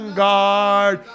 guard